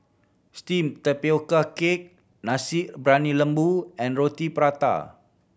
steamed tapioca cake Nasi Briyani Lembu and Roti Prata